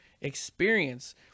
experience